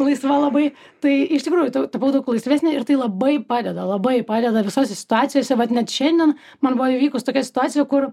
laisva labai tai iš tikrųjų ta tapau daug laisvesnė ir tai labai padeda labai padeda visose situacijose vat net šiandien man buvo įvykus tokia situacija kur